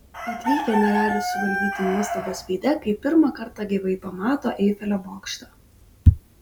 atvykę negali suvaldyti nuostabos veide kai pirmą kartą gyvai pamato eifelio bokštą